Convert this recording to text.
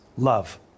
Love